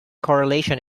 correlation